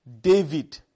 David